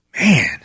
Man